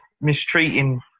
mistreating